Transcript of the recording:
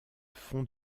font